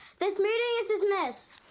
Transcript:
this meeting is dismissed.